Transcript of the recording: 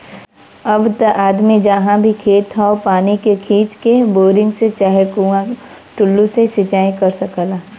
अब त आदमी जहाँ भी खेत हौ पानी के खींच के, बोरिंग से चाहे कुंआ टूल्लू से सिंचाई कर सकला